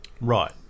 Right